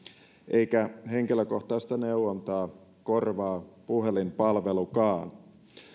eikä henkilökohtaista neuvontaa korvaa puhelinpalvelukaan paitsi että